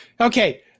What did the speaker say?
okay